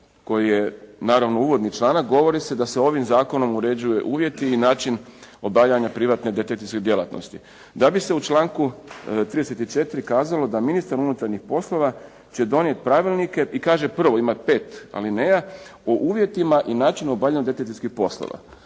koji je, naravno uvodni članak govori se da se ovim zakonom uređuju uvjeti i način obavljanja privatnih detektivskih djelatnosti, da bi se u članku 34. kazalo da ministar unutarnjih poslova će donijeti pravilnike, i kaže prvo, ima pet alineja, o uvjetima i načinu obavljanju detektivskih poslova.